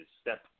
step